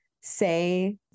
say